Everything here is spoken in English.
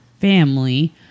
family